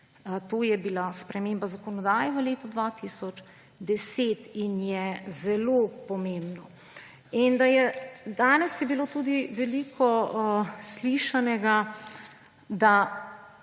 To je bila sprememba zakonodaje v letu 2010 in je zelo pomembno. In danes je bilo tudi veliko slišanega, da